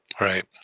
right